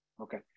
Okay